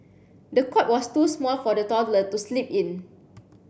the cot was too small for the toddler to sleep in